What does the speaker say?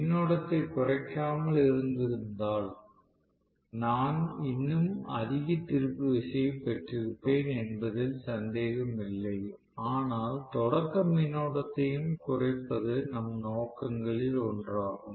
மின்னோட்டத்தை குறைக்காமல் இருந்திருந்தால் நான் இன்னும் அதிக திருப்பு விசையைப் பெற்றிருப்பேன் என்பதில் சந்தேகமில்லை ஆனால் தொடக்க மின்னோட்டத்தையும் குறைப்பது நம் நோக்கங்களில் ஒன்றாகும்